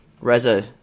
Reza